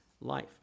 life